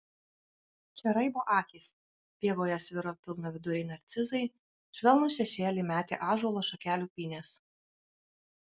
čia raibo akys pievoje sviro pilnaviduriai narcizai švelnų šešėlį metė ąžuolo šakelių pynės